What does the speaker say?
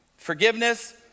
Forgiveness